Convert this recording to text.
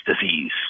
disease